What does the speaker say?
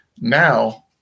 now